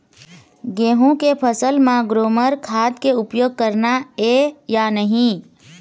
गेहूं के फसल म ग्रोमर खाद के उपयोग करना ये या नहीं?